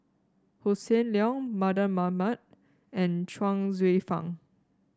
Hossan Leong Mardan Mamat and Chuang Hsueh Fang